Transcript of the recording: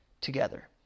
together